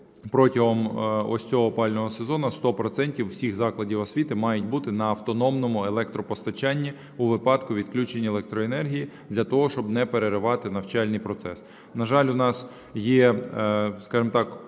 протягом ось цього опалювального сезону, сто процентів всі заклади освіти мають бути на автономному електропостачанні у випадку відключення електроенергії для того, щоб не переривати навчальний процес. На жаль, у нас є, скажемо так,